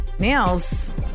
nails